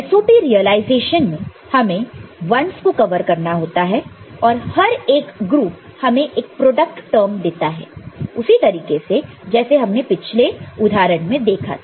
SOP realisation में हमें 1's को कवर करना होता है और हर एक ग्रुप हमें एक प्रोडक्ट टर्म देता है उसी तरीके से जैसे हमने पिछले उदाहरण में देखा था